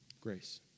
Grace